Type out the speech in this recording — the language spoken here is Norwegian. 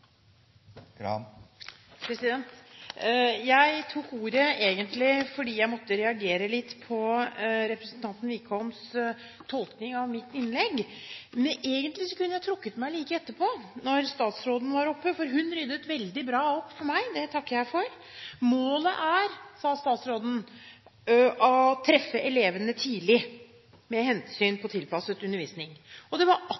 Jeg tok ordet fordi jeg måtte reagere litt på representanten Wickholms tolkning av mitt innlegg. Men egentlig kunne jeg trukket meg like etterpå, når statsråden var oppe, for hun ryddet veldig bra opp for meg – det takker jeg for. Målet er, sa statsråden, å treffe elevene tidlig med hensyn til tilpasset undervisning. Det var